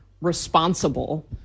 responsible